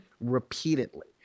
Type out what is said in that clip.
Repeatedly